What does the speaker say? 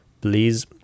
please